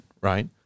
right